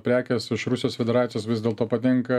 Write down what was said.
prekės iš rusijos federacijos vis dėlto patenka